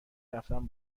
رفتن